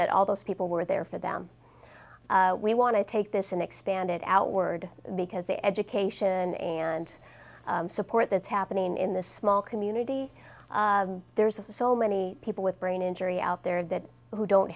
that all those people were there for them we want to take this and expand it outward because the education and support that's happening in this small community there's so many people with brain injury out there that don't